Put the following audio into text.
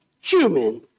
human